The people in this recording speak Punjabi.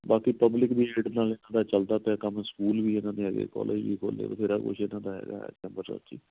ਬਾਕੀ ਪਬਲਿਕ ਦੀ ਏਡ ਨਾਲ ਇਹਦਾ ਚੱਲਦਾ ਪਿਆ ਕੰਮ ਸਕੂਲ ਵੀ ਇਹਨਾਂ ਦੇ ਹੈਗੇ ਕਾਲਜ ਵੀ ਖੋਲ੍ਹ ਲਏ ਬਥੇਰਾ ਕੁਛ ਇਹਨਾਂ ਦਾ ਹੈਗਾ ਇੱਥੇ ਅੰਬਰਸਰ 'ਚ ਹੀ